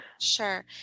Sure